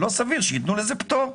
צריך לתת לזה פטור.